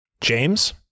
James